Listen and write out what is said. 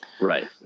Right